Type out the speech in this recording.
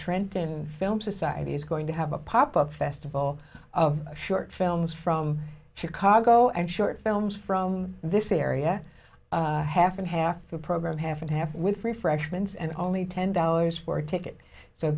trenton film society is going to have a pop up festival of short films from chicago and short films from this area half and half the program half and half with three freshman's and only ten dollars for a ticket so